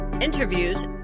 interviews